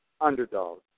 underdog